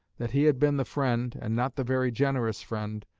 that he had been the friend, and not the very generous friend,